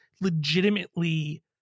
legitimately